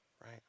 right